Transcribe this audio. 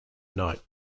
night